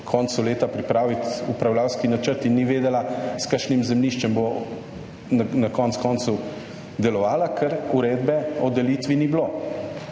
koncu leta pripraviti upravljavski načrt in ni vedela, s kakšnim zemljiščem bo na koncu koncev delovala, ker Uredbe o delitvi ni bilo.